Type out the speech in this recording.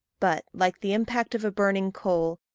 but, like the impact of a burning coal,